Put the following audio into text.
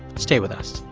stay with us